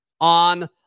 on